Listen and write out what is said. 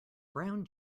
brown